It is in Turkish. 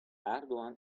erdoğan